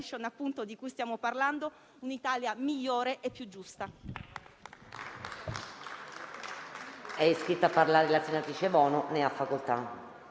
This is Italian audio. di cui stiamo parlando, un'Italia migliore e più giusta.